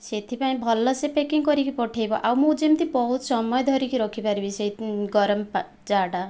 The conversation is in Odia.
ସେଥିପାଇଁ ଭଲସେ ପ୍ୟାକିଂ କରିକି ପଠେଇବ ଆଉ ମୁଁ ଯେମିତି ବହୁତ ସମୟ ଧରିକି ରଖିପାରିବି ସେଇ ଗରମ ଚା'ଟା